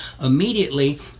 immediately